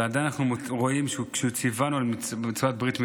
אבל עדיין אנחנו רואים שכשהוא ציוונו על מצוות ברית מילה,